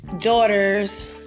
daughter's